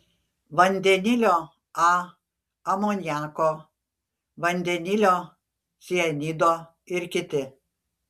vandenilio a amoniako vandenilio cianido ir kiti